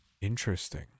Interesting